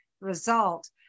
result